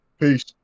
Peace